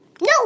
no